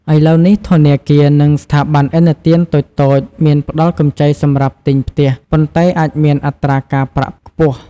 ឥឡូវនេះ ធនាគារ និងស្ថាប័នឥណទានតូចៗ មានផ្ដល់កម្ចីសម្រាប់ទិញផ្ទះ ប៉ុន្តែអាចមានអត្រាការប្រាក់ខ្ពស់។